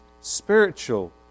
spiritual